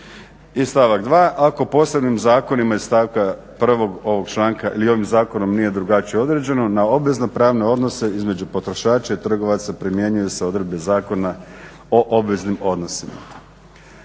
I stavak dva. Ako posebnim zakonima iz stavka prvog ovog članka ili ovim zakonom nije drugačije određeno na obvezno-pravne odnose između potrošača i trgovaca primjenjuju se odredbe Zakona o obveznim odnosima.